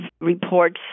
reports